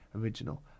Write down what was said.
original